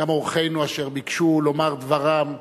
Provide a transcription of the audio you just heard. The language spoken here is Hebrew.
גם, אורחינו אשר ביקשו לומר דברם,